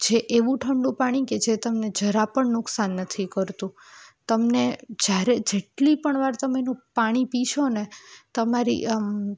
જે એવું ઠંડુ પાણી કે જે તમને જરા પણ નુકસાન નથી કરતું તમને જ્યારે જેટલી પણ વાર તમે તેનું પાણી પીશો ને તમારી આમ